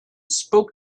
spoke